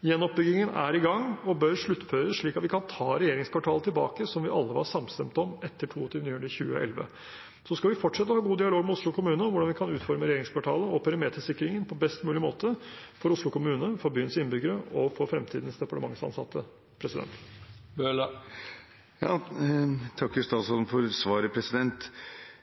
Gjenoppbyggingen er i gang og bør sluttføres slik at vi kan ta regjeringskvartalet tilbake, som vi alle var samstemt om etter 22. juli 2011. Vi skal fortsette å ha god dialog med Oslo kommune om hvordan vi kan utforme regjeringskvartalet og perimetersikringen på best mulig måte for Oslo kommune, for byens innbyggere og for fremtidens departementsansatte. Jeg takker statsråden for svaret.